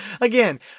again